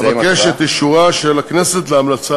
אבקש את אישורה של הכנסת להמלצה